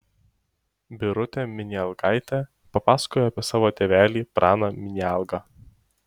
birutė minialgaitė papasakojo apie savo tėvelį praną minialgą